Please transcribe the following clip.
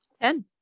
Ten